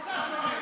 הוא יעזור לך.